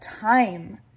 time